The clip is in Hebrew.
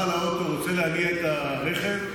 והאישה אמרה לבעלה: שמע,